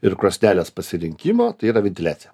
ir krosnelės pasirinkimo tai yra ventiliacija